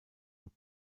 und